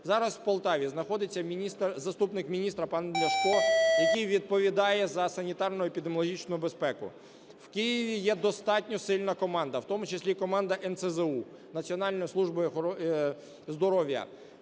Зараз в Полтаві знаходиться заступник міністра пан Ляшко, який відповідає за санітарно-епідеміологічну безпеку. В Києві є достатньо сильна команда, в тому числі і команда НСЗУ – Національної служби здоров'я,